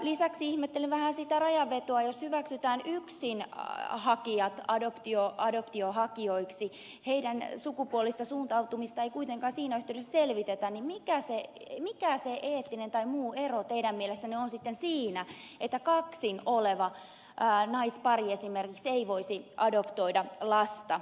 lisäksi ihmettelen vähän sitä rajanvetoa jos hyväksytään yksin olevat hakijat adoptiohakijoiksi ja heidän sukupuolista suuntautumista ei kuitenkaan siinä yhteydessä selvitetä niin mikä se eettinen tai muu ero teidän mielestänne on sitten siinä että kaksin oleva naispari esimerkiksi ei voisi adoptoida lasta